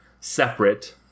separate